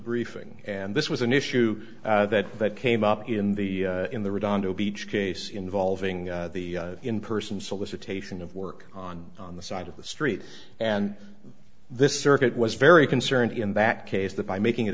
briefing and this was an issue that came up in the in the redondo beach case involving the in person solicitation of work on on the side of the street and this circuit was very concerned in that case that by making it